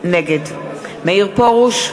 נגד מאיר פרוש,